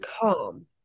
calm